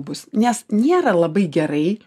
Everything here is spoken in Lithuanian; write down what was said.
bus nes nėra labai gerai